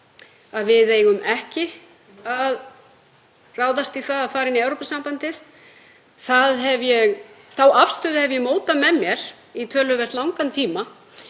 að við eigum ekki að ráðast í það að fara inn í Evrópusambandið. Þá afstöðu hef ég mótað með mér í töluvert langan tíma